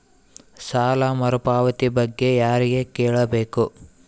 ಸಾಲ ಮರುಪಾವತಿ ಬಗ್ಗೆ ಯಾರಿಗೆ ಕೇಳಬೇಕು?